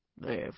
They've